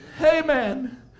Amen